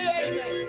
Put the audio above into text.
amen